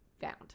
Found